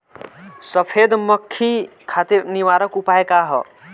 सफेद मक्खी खातिर निवारक उपाय का ह?